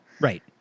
Right